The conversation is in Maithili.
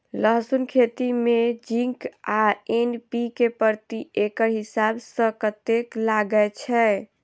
लहसून खेती मे जिंक आ एन.पी.के प्रति एकड़ हिसाब सँ कतेक लागै छै?